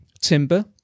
timber